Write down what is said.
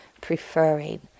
preferring